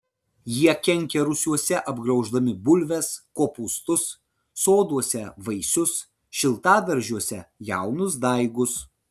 jie kenkia rūsiuose apgrauždami bulves kopūstus soduose vaisius šiltadaržiuose jaunus daigus